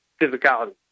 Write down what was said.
physicality